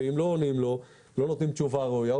ואם לא עונים לו או לא נותנים תשובה ראויה,